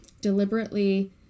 deliberately